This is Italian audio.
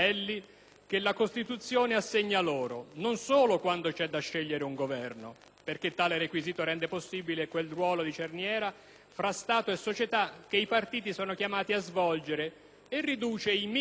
perché tale requisito rende possibile quel ruolo di cerniera fra Stato e società che i partiti sono chiamati a svolgere e riduce i micro-personalismi che spingono invece a lasciare da parte la tutela degli interessi generali».